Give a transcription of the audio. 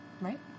Right